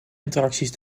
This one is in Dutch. interacties